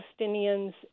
Palestinians